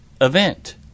event